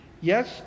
Yes